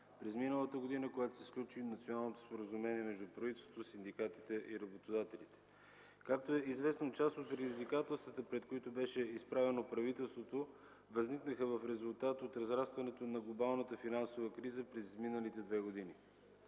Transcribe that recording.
през миналата година, когато се сключи Националното споразумение между правителството, синдикатите и работодателите. Както е известно, част от предизвикателствата, пред които беше изправено правителството, възникнаха в резултат от разрастването на глобалната финансова криза през изминалите две години.